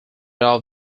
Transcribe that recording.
off